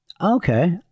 okay